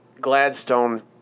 Gladstone